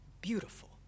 beautiful